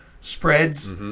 spreads